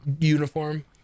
uniform